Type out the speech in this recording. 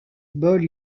ball